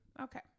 okay